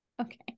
Okay